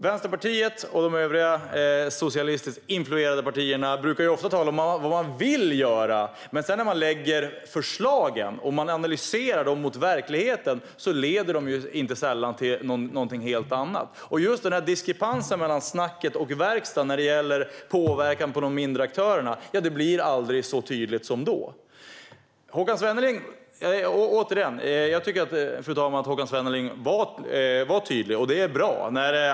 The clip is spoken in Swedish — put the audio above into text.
Vänsterpartiet och de övriga socialistiskt influerade partierna brukar ofta tala om vad de vill göra, men när de sedan lägger fram förslag och man analyserar dem mot verkligheten ser man att de inte sällan leder till något helt annat. Denna diskrepans mellan snack och verkstad vad gäller påverkan på mindre aktörer blir aldrig så tydlig som då. Fru talman! Jag tycker återigen att Håkan Svenneling var tydlig, och det är bra.